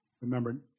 remember